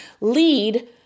lead